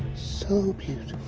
so